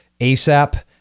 ASAP